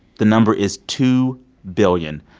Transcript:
the number is two billion,